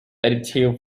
additive